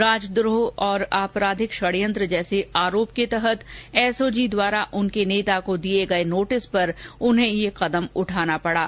राजद्रोह और आपराधिक षड़यंत्र जैसे आरोप के तहत एसओजी द्वारा उनके नेता को दिये गये नोटिस पर उन्हें यह कदम उठाना पड़ा